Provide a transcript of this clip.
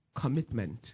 commitment